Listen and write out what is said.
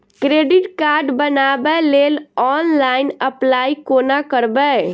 Credit card बनाबै लेल online apply कोना करबै?